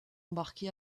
embarqué